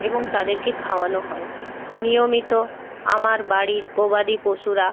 এবং তাদেরকে খাওয়ানো হয় নিয়মিত আমার বাড়ির গবাদি পশুরা